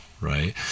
right